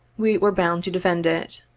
we were bound to defend it.